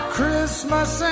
Christmas